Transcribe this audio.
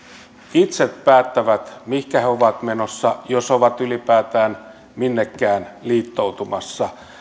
itse päättävät mihinkä ovat menossa jos ovat ylipäätään minnekään liittoutumassa